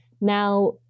Now